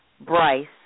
Bryce